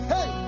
Hey